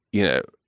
you know,